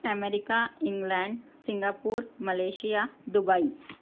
America England Singapore Malaysia Dubai